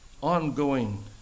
ongoing